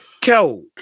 Kel